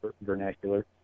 vernacular